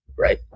right